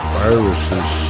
viruses